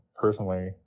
personally